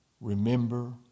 remember